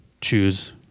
choose